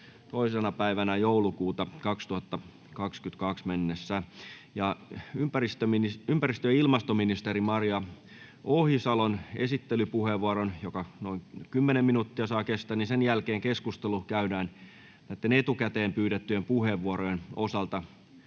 viimeistään 2.12.2022. Ympäristö- ja ilmastoministeri Maria Ohisalon esittelypuheenvuoron, joka saa kestää kymmenen minuuttia, jälkeen keskustelu käydään etukäteen pyydettyjen puheenvuorojen osalta